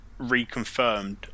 reconfirmed